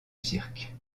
cirque